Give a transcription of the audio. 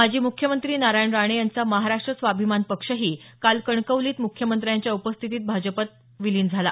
माजी मुख्यमंत्री नारायण राणे यांचा महाराष्ट्र स्वाभिमान पक्षही काल कणकवलीत म्ख्यमंत्र्यांच्या उपस्थितीत भाजपात विलीन झाला